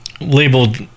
Labeled